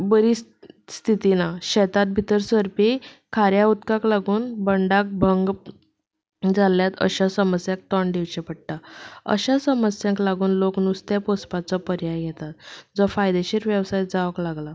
बरी स्थिती ना शेतांत भितर सरपी खाऱ्या उदकाक लागून बंडाक भंग जाल्ल्या अशा समस्याक तोंड दिवचें पडटा अशां समस्यांक लागून लोक नुस्तें पोसपाचो पर्याय घेतात जो फायदेशीर वेवसाय जावंक लागला